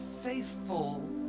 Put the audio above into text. faithful